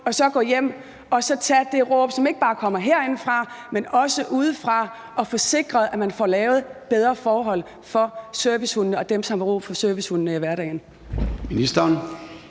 og så gå hjem og lytte til det råb, som ikke bare kommer herindefra, men også udefra, og få sikret, at man får lavet bedre forhold for servicehunde og for dem, som har brug for servicehunde i hverdagen.